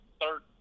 third